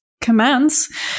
commands